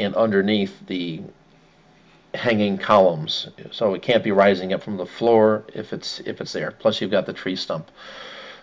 inside underneath the hanging columns so it can't be rising up from the floor if it's if it's there plus you've got the tree stump